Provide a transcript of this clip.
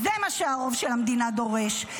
זה מה שהרוב של המדינה דורש.